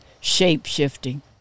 shape-shifting